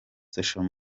social